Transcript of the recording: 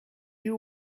you